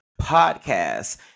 podcast